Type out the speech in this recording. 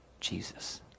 Jesus